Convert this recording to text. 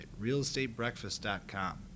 realestatebreakfast.com